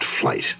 flight